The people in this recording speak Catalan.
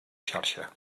xarxa